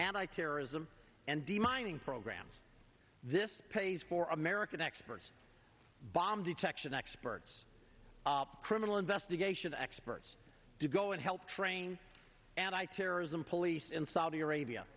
anti terrorism and the mining programs this pays for american experts bomb detection experts criminal investigation experts to go and help train and i terrorism police in saudi arabia